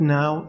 now